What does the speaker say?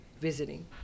visiting